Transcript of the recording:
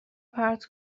پرت